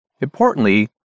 importantly